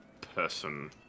person